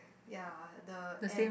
ya uh the and